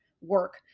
work